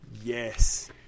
Yes